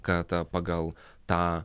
kad pagal tą